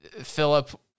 Philip